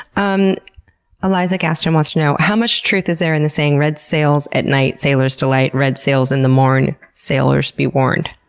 um elyzah gaston wants to know how much truth is there in the saying, red sails at night, sailor's delight. red sails in the morn', sailors be warned?